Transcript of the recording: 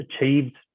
achieved